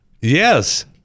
yes